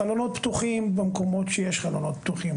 חלונות פתוחים במקומות שיש חלונות פתוחים.